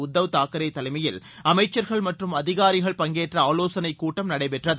உத்தவ் தாக்கரே தலைமையில் அமைச்சர்கள் மற்றும் அதிகாரிகள் பங்கேற்ற ஆலோசனைக் கூட்டம் நடைபெற்றது